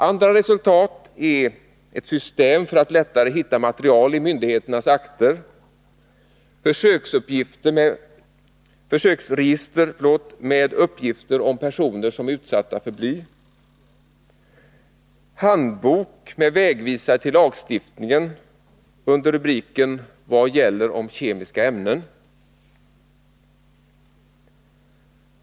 Andra resultat är ett system för att lättare hitta material i myndigheternas akter, försöksregister med uppgifter om personer som är utsatta för bly, handbok med vägvisare till lagstiftningen under rubriken Vad gäller om kemiska ämnen.